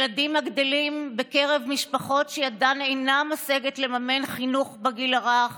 ילדים הגדלים בקרב משפחות שידן אינה משגת לממן חינוך בגיל הרך